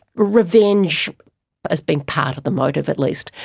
revenge as being part of the motive at least,